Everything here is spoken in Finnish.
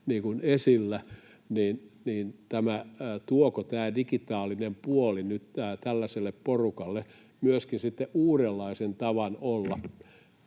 esillä, niin tuoko tämä digitaalinen puoli nyt tällaiselle porukalle myöskin sitten uudenlaisen tavan olla